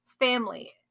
family